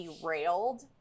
derailed